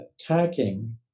attacking